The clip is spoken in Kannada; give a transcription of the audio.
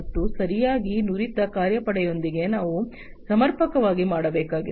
ಮತ್ತು ಸರಿಯಾಗಿ ನುರಿತ ಕಾರ್ಯಪಡೆಯೊಂದಿಗೆ ನಾವು ಸಮರ್ಪಕವಾಗಿ ಮಾಡಬೇಕಾಗಿದೆ